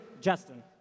Justin